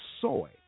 soy